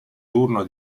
turno